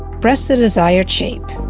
press the desired shape